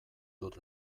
dut